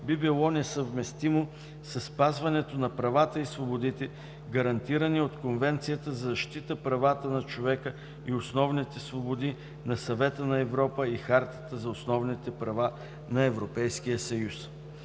би било несъвместимо със спазването на правата и свободите, гарантирани от Конвенцията за защита правата на човека и основните свободи на Съвета на Европа и Хартата за основните права на Европейския съюз;